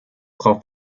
cloth